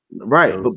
right